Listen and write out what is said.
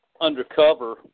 undercover